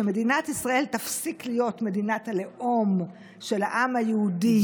שמדינת ישראל תפסיק להיות מדינת הלאום של העם היהודי,